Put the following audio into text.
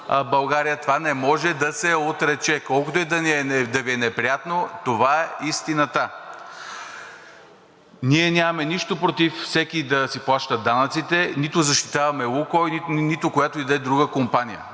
България“, и това не може да се отрече. Колкото и да Ви е неприятно, това е истината. Ние нямаме нищо против всеки да си плаща данъците, нито защитаваме „Лукойл“, нито която и да е друга компания,